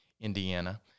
indiana